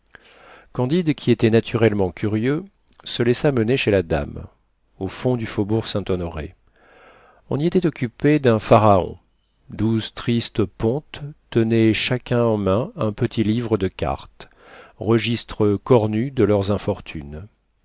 candide qui était naturellement curieux se laissa mener chez la dame au fond du faubourg saint-honoré on y était occupé d'un pharaon douze tristes pontes tenaient chacun en main un petit livre de cartes registre cornu de leurs infortunes